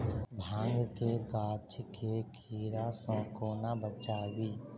भांग केँ गाछ केँ कीड़ा सऽ कोना बचाबी?